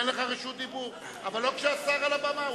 אתן לך רשות דיבור, אבל לא כשהשר על הבמה.